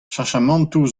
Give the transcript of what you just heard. cheñchamantoù